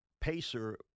Pacer